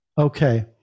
okay